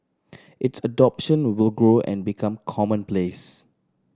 its adoption will grow and become commonplace